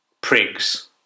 prigs